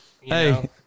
hey